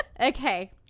Okay